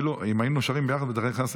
סתם, תרים טלפון, תסמס.